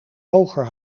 hoger